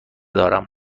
دارم